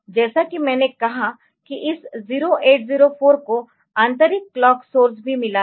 जैसा कि मैंने कहा कि इस 0804 को आंतरिक क्लॉक सोर्स भी मिला है